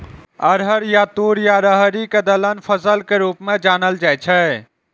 अरहर या तूर या राहरि कें दलहन फसल के रूप मे जानल जाइ छै